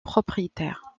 propriétaire